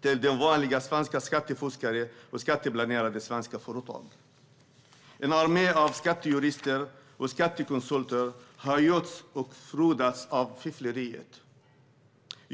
till vanliga svenska skattefuskare och skatteplanerande svenska företag. En armé av skattejurister och skattekonsulter har götts och frodats av fiffleriet.